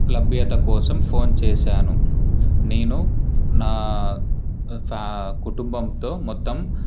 లభ్యత కోసం ఫోన్ చేశాను నేను నా ఫ్యా కుటుంబంతో మొత్తం